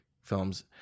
films